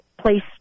place